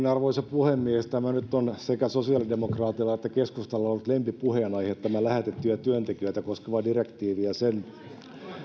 arvoisa puhemies tämä nyt on sekä sosiaalidemokraateilla että keskustalla ollut lempipuheenaihe tämä lähetettyjä työntekijöitä koskeva direktiivi ja sen